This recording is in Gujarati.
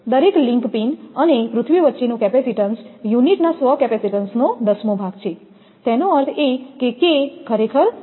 દરેક લિંક પિન અને પૃથ્વી વચ્ચેનો કેપેસિટીન્સ યુનિટ ના સ્વ કેપેસિટેન્સનો દસમો ભાગ છે તેનો અર્થ એ કે K ખરેખર 0